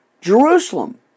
Jerusalem